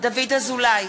דוד אזולאי,